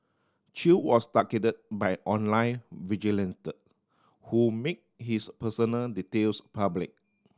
Chew was targeted by online vigilantes who made his personal details public